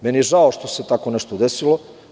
Meni je žao što se tako nešto desilo.